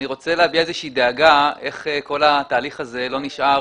אני רוצה להביע איזושהי דאגה איך כל התהליך הזה לא נשאר,